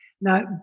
Now